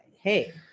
hey